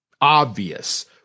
obvious